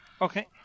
Okay